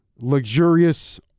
luxurious